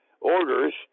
orders